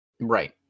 Right